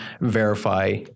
verify